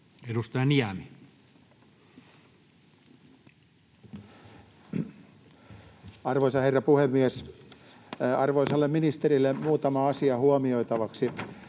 Edustaja Niemi. Arvoisa herra puhemies! Arvoisalle ministerille muutama asia huomioitavaksi: